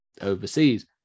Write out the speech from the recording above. overseas